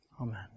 Amen